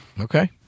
Okay